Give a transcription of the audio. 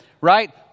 right